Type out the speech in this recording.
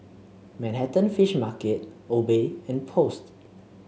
Manhattan Fish Market Obey and Post